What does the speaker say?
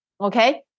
okay